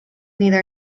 neither